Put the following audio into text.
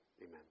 amen